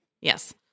Yes